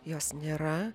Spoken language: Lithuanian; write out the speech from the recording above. jos nėra